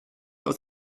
aus